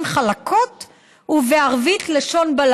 לשון חלקות,